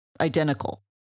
identical